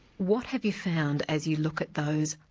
what have you found as you look at those,